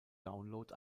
download